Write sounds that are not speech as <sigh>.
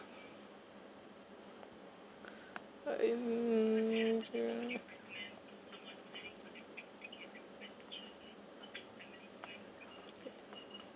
uh um drea~ <noise>